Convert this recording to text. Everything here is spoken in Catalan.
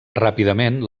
ràpidament